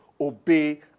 Obey